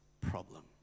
problem